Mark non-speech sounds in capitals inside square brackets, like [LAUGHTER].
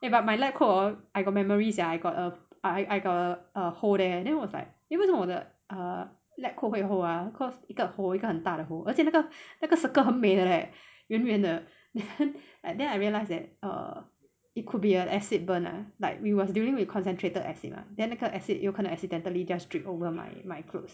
eh but my lab coat hor I got memories sia I got uh I I got a a hole there and then I was like eh 因为为什么我的 uh lab coat hole ah cause 一个 hole 一个很大的 hole 而且那个那个 circle 很美的 leh 圆圆的 [LAUGHS] and then I realise that uh it could be an acid burn ah like we was dealing with concentrated acid mah then 那个 acid 有可能 accidentally just drip over my my clothes